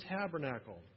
tabernacle